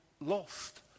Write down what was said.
lost